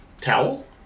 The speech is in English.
Towel